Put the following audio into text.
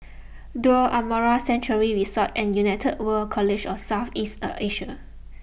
Duo Amara Sanctuary Resort and United World College of South East Asia